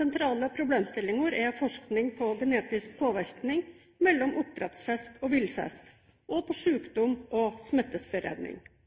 Sentrale problemstillinger er forskning på genetisk påvirkning mellom oppdrettsfisk og villfisk, og på sykdom og